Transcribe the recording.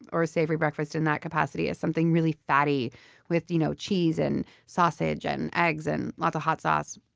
or a savory breakfast in that capacity, as something really fatty with you know cheese, and sausage, and eggs and lots of hot sauce,